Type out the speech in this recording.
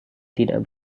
tidak